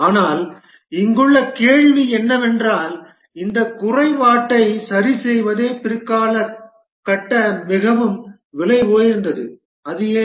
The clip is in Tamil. ஆனால் இங்குள்ள கேள்வி என்னவென்றால் இந்த குறைபாட்டை சரிசெய்வதே பிற்கால கட்டம் மிகவும் விலை உயர்ந்தது அது ஏன்